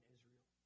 Israel